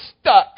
stuck